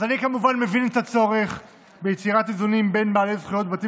אני כמובן מבין את הצורך ביצירת איזונים בין בעלי זכויות בבתים